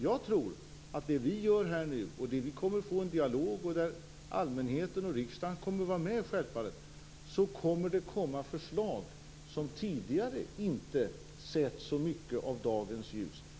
Jag tror att vi kring det som vi gör här nu kommer att få en dialog. Där kommer allmänheten och riksdagen självfallet att vara med, och det kommer att komma förslag som tidigare inte sett så mycket av dagens ljus.